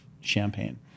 champagne